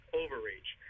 overreach